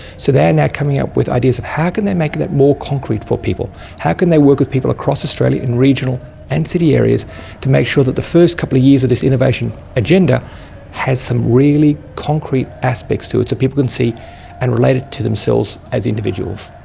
so they are now coming up with ideas of how can they make that more concrete for people, how can they work with people across australia in regional and city areas to make sure that the first couple of years of this innovation agenda has some really concrete aspects to it, so people can see and relate it to themselves as individuals.